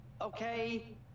okay